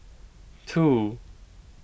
two